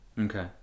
Okay